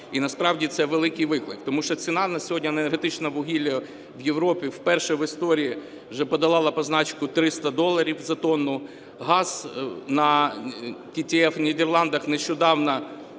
І насправді це великий виклик. Тому що ціна на сьогодні на енергетичне вугілля в Європі вперше в історії вже подолала позначку 300 доларів за тонну, газ на TTF в Нідерландах нещодавно